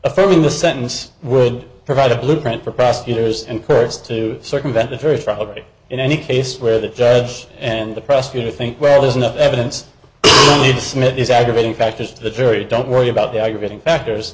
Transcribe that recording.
affirming the sentence would provide a blueprint for prosecutors and kurds to circumvent the very front of it in any case where the judge and the prosecutor think well there's enough evidence leads smitty's aggravating factors to the jury don't worry about the aggravating factors